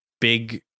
big